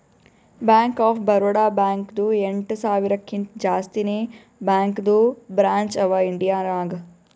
bank of Baroda ಬ್ಯಾಂಕ್ದು ಎಂಟ ಸಾವಿರಕಿಂತಾ ಜಾಸ್ತಿನೇ ಬ್ಯಾಂಕದು ಬ್ರ್ಯಾಂಚ್ ಅವಾ ಇಂಡಿಯಾ ನಾಗ್